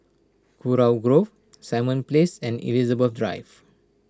Kurau Grove Simon Place and Elizabeth Drive